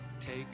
Take